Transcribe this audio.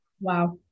Wow